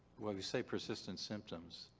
you say persistent symptoms.